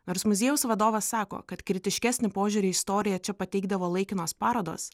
nors muziejaus vadovas sako kad kritiškesnį požiūrį į istoriją čia pateikdavo laikinos parodos